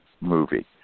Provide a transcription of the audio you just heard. movie